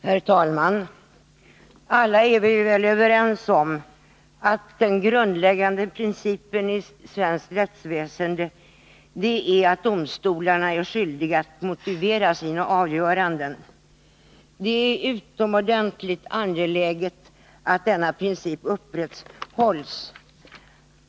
Herr talman! Alla är vi väl överens om att en grundläggande princip i svenskt rättsväsende är att domstolarna är skyldiga att motivera sina btZ avgöranden. Det är utomordentligt viktigt att denna princip upprätthålls.